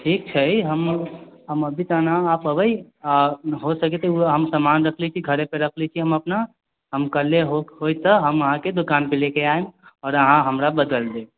ठीक छै हम अभी तऽ ना आ पबै आ हो सके तऽ हम ओहो सामान रखले छी घर पर रखले छी हम अपना हम कल्हे होइ तऽ हम अहाँ के दोकान पर ले के आयब और अहाँ हमरा बदैल देब